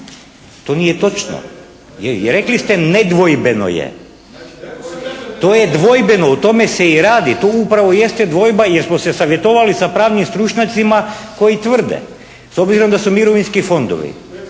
se ne čuje./… Rekli ste nedvojbeno je. To je dvojbeno, o tome se i radi. Tu upravo i jeste dvojba jer smo se savjetovali sa pravnim stručnjacima koji tvrde s obzirom da su mirovinski fondovi